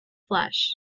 flesh